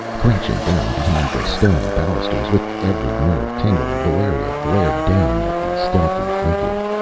crouching down behind the stone balusters, with every nerve tingling, valeria glared down at the stealthy figure.